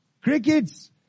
crickets